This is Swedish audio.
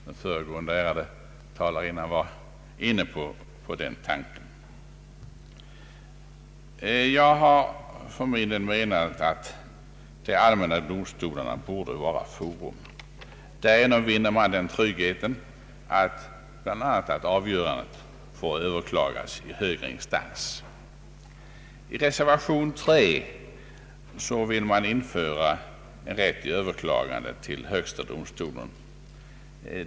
Den föregående ärade talarinnnan var inne på den tanken. Jag har som motionär föreslagit att de allmänna domstolarna skall bli forum. Därigenom vinner man den tryggheten, att avgörandet får överklagas i högre instans. I reservation III vill man införa en rätt att överklaga till högsta domstolen.